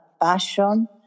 passion